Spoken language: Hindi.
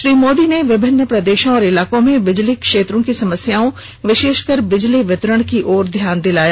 श्री मोदी ने विभिन्न प्रदेशों और इलाकों में बिजली क्षेत्र की समस्याओं विशेषकर बिजली वितरण की ओर ध्यान दिलाया